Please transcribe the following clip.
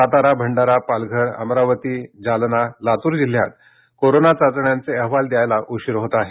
सातारा भंडारा पालघर अमरावती जालना लातूर जिल्ह्यात कोरोना चाचण्यांचे अहवाल द्यायला उशीर होत आहे